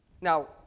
Now